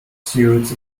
suits